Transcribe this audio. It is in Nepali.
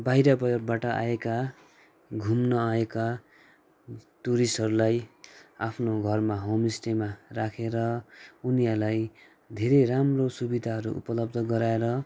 बाहिरबाट आएका घुम्न आएका टुरिस्टहरूलाई आफ्नो घरमा होमस्टेमा राखेर उनीहरूलाई धेरै राम्रो सुविधाहरू उपलब्ध गराएर